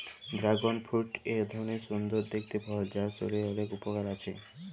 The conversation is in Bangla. ড্রাগন ফ্রুইট এক ধরলের সুন্দর দেখতে ফল যার শরীরের অলেক উপকার আছে